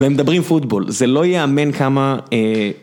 ומדברים פוטבול, זה לא ייאמן כמה...